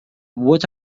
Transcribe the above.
what